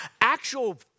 actual